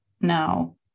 now